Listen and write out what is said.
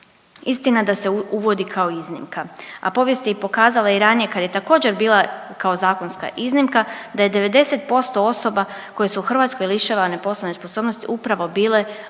Istina da se uvodi kao iznimka, a povijest je pokazala i ranije kad je također bila kao zakonska iznimka da je 90% osoba koje su u Hrvatskoj lišavane poslovne sposobnosti upravo bile lišene